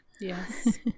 Yes